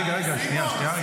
רגע, שנייה.